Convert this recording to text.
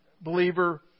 believer